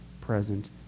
present